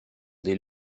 des